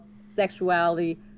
sexuality